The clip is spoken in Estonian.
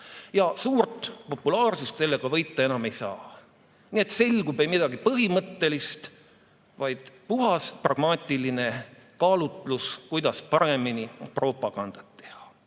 ja suurt populaarsust sellega võita enam ei saa. Nii et selgub: ei midagi põhimõttelist, vaid puhas pragmaatiline kaalutlus, kuidas paremini propagandat teha. Kokku